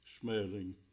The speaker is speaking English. smelling